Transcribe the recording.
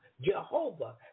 Jehovah